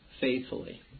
faithfully